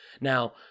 Now